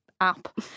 app